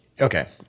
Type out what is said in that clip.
okay